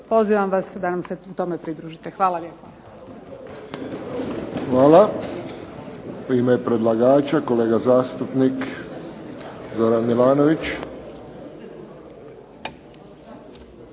Pozivam vas da nam se u tome pridružite. Hvala lijepo. **Friščić, Josip (HSS)** Hvala. U ime predlagača kolega zastupnik Zoran Milanović.